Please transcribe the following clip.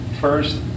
first